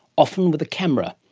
often with a camera.